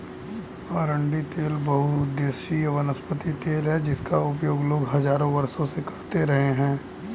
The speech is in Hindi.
अरंडी तेल बहुउद्देशीय वनस्पति तेल है जिसका उपयोग लोग हजारों वर्षों से करते रहे हैं